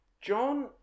John